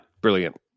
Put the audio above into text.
Brilliant